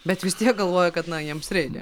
bet vis tiek galvoja kad na jiems reikia